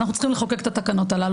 אנחנו צריכים לחוקק את התקנות הללו,